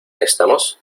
estamos